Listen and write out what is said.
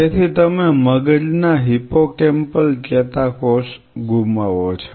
તેથી તમે મગજના હિપ્પોકેમ્પલ ચેતાકોષ ગુમાવો છો